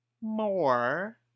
more